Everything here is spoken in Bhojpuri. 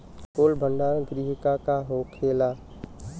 कोल्ड भण्डार गृह का होखेला?